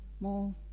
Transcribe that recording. more